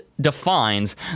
defines